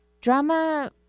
Drama